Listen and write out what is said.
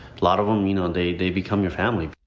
lot of them, you know they they become your family.